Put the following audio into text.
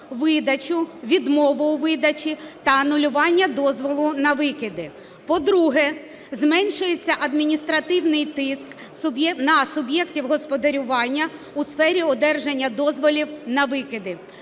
видачу, відмову у видачі та анулювання дозволу на викиди. По-друге, зменшується адміністративний тиск на суб'єктів господарювання у сфері одержання дозволів на викиди.